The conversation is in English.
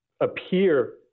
appear